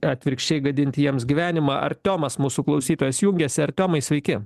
atvirkščiai gadinti jiems gyvenimą artiomas mūsų klausytojas jungiasi artiomai sveiki